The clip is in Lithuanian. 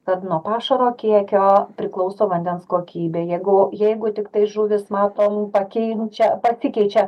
kad nuo pašaro kiekio priklauso vandens kokybė jeigu jeigu tiktai žuvis matom pakenčia pasikeičia